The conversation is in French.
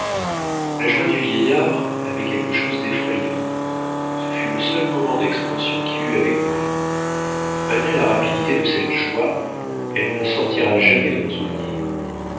la joie du vieillard avait quelque chose d'effrayant ce fut le seul moment d'expansion qu'il eut avec moi malgré la rapidité de cette joie elle ne sortira jamais de mon souvenir